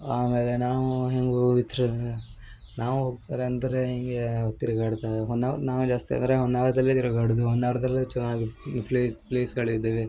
ಆಮೇಲೆ ನಾವು ಹಿಂಗೆ ಹೊಯ್ತ್ರ ನಾವು ಹೋಗ್ತಾರೆ ಅಂದರೆ ಹಿಂಗೆ ತಿರ್ಗಾಡ್ತಾ ಹೊನ್ನಾವರ ನಾವು ಜಾಸ್ತಿ ಅಂದರೆ ಹೊನ್ನಾವರದಲ್ಲೇ ತಿರ್ಗಾಡುದು ಹೊನ್ನಾವರದಲ್ಲೇ ಚೆನ್ನಾಗಿ ಫ್ಲೇಸ್ ಪ್ಲೇಸ್ಗಳಿದವೆ